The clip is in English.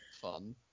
Fun